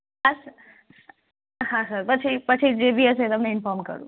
હા સર હા સર પછી પછી જે બી હશે તમને ઇન્ફોર્મ કરું